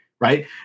Right